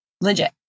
Legit